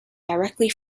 directly